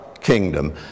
kingdom